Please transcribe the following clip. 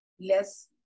less